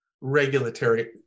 regulatory